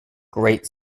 great